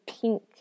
pink